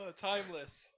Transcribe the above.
Timeless